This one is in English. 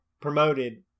promoted